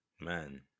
Man